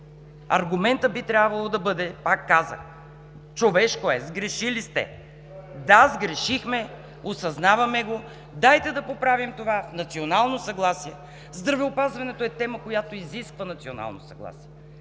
Аргументът би трябвало да бъде, пак казвам: „Човешко е, сгрешили сте“. Да, сгрешили сме, осъзнаваме го, дайте да го поправим това национално съгласие. Здравеопазването е тема, която изисква национално съгласие